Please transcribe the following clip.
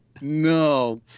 no